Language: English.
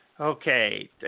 Okay